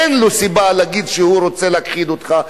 אין לו סיבה להגיד שהוא רוצה להכחיד אותך.